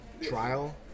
trial